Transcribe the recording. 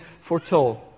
foretold